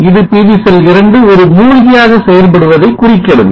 இது PV cell 2 ஒரு மூழ்கியாக செயல்படுவதை குறிக்கிறது